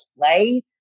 play